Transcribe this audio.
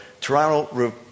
Toronto